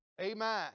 amen